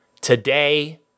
Today